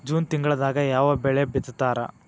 June ತಿಂಗಳದಾಗ ಯಾವ ಬೆಳಿ ಬಿತ್ತತಾರ?